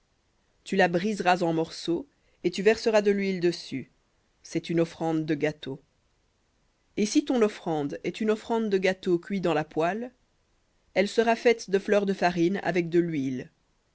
tu la briseras en morceaux et tu verseras de l'huile dessus c'est une offrande de gâteau et si ton offrande est une offrande de gâteau cuit dans la poêle elle sera faite de fleur de farine avec de l'huile